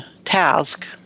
Task